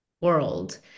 world